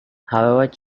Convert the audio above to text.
however